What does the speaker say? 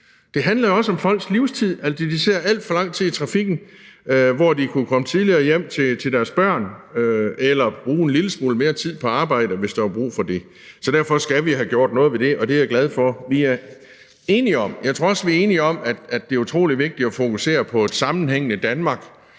det handler også om folks livstid. De sidder alt for lang tid i trafikken, hvor de kunne komme tidligere hjem til deres børn eller bruge en lille smule mere tid på arbejde, hvis der var brug for det. Så derfor skal vi have gjort noget ved det, og det er jeg glad for at vi er enige om. Jeg tror, at vi enige om, at det er utrolig vigtigt at fokusere på et sammenhængende Danmark